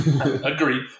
Agreed